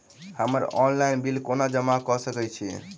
हम्मर online bill कोना जमा कऽ सकय छी?